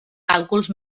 càlculs